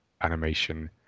animation